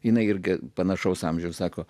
jinai irgi panašaus amžiaus sako